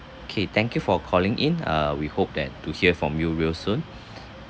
okay thank you for calling in uh we hope that to hear from you real soon